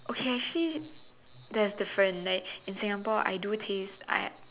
okay actually there's different like in Singapore I do taste I